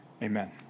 Amen